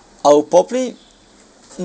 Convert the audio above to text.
I'll probably